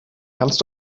kannst